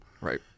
Right